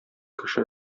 кеше